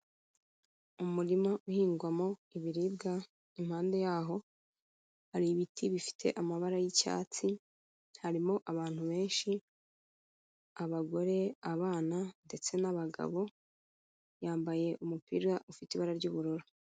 Umurima uhingwamo ibiribwa impande yaho hari ibiti bifite amabara y'icyatsi, harimo abantu benshi abagore, abana ndetse n'abagabo, yambaye umupira ufite ibara ry'ubururu.